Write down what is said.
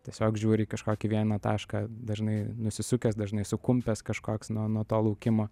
tiesiog žiūri į kažkokį vieną tašką dažnai nusisukęs dažnai sukumpęs kažkoks nuo nuo to laukimo